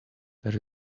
there